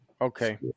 Okay